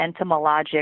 entomologic